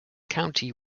county